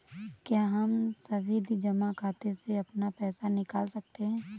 क्या हम सावधि जमा खाते से अपना पैसा निकाल सकते हैं?